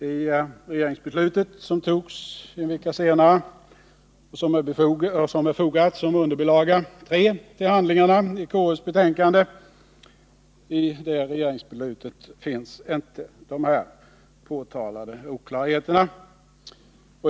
I regeringsbeslutet, som togs en vecka senare och som är fogat som underbilaga 3 till handlingarna i konstitutionsutskottets betänkande, finns inte de påtalade oklarheterna.